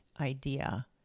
idea